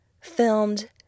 filmed